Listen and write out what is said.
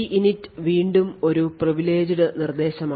EINIT വീണ്ടും ഒരു privileged നിർദ്ദേശമാണ്